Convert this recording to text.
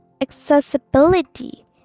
accessibility